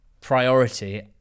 priority